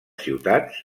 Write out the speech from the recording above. ciutats